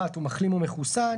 הוא מחלים או מחוסן,